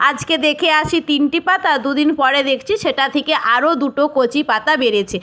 আজকে দেখে আসি তিনটি পাতা দু দিন পরে দেখছি সেটা থেকে আরো দুটো কচি পাতা বেড়েছে